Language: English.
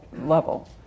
level